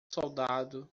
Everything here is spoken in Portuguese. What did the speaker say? soldado